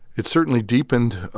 it certainly deepened.